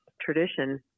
tradition